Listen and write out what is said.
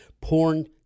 Porn